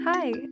Hi